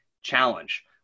challenge